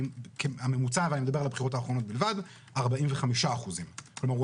הממוצע בבחירות האחרונות הוא 45%. כלומר,